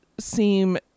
seem